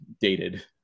dated